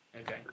Okay